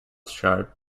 sharp